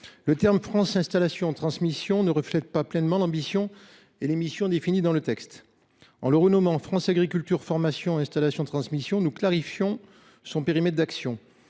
France installations transmissions ne reflète pas pleinement l’ambition et les missions définies dans le texte. En optant pour « France agriculture formation installation transmission », nous clarifierons le périmètre d’action